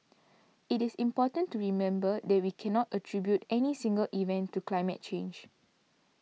it is important to remember that we cannot attribute any single event to climate change